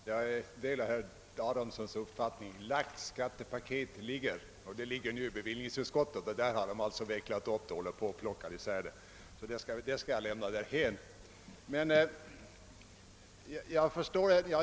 Herr talman! Jag delar herr Adamssons uppfattning: lagt skattepaket ligger. Bevillningsutskottet håller nu på att veckla upp det och plocka isär det. Därför .skall jag lämna den saken därhän.